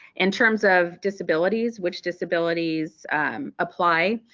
in terms of disabilities, which disabilities apply,